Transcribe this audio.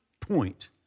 point